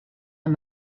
and